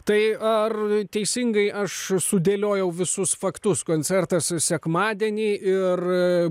tai ar teisingai aš sudėliojau visus faktus koncertas sekmadienį ir